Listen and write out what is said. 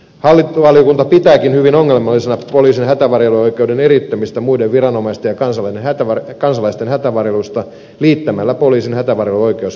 hallintovaliokunta pitääkin hyvin ongelmallisena poliisin hätävarjeluoikeuden eriyttämistä muiden viranomaisten ja kansalaisten hätävarjelusta liittämällä poliisin hätävarjeluoikeus virkavastuun yhteyteen